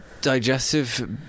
digestive